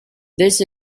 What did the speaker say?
that